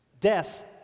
Death